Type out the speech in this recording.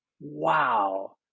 wow